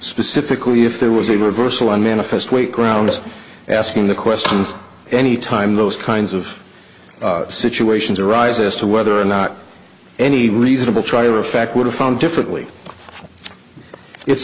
specifically if there was a reversal on manifest weight grounds asking the questions any time those kinds of situations arise as to whether or not any reasonable trial or effect would have found differently i